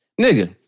Nigga